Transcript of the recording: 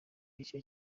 icyo